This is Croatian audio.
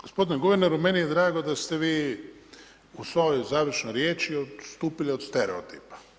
Gospodine guverneru, meni je drago, da ste vi u svojoj završnoj riječi odstupili od stereotipa.